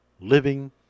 living